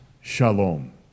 shalom